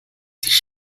sich